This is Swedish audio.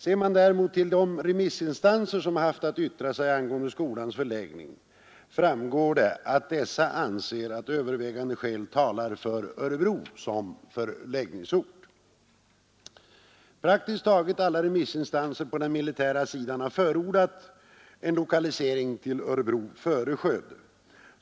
Ser man däremot till de remissinstanser som haft att yttra sig angående skolans förläggning framgår att dessa anser att övervägande skäl talar för Örebro som förläggningsort. Praktiskt taget alla remissinstanser på den militära sidan har förordat en lokalisering till Örebro framför Skövde.